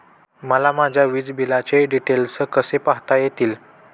मला माझ्या वीजबिलाचे डिटेल्स कसे पाहता येतील?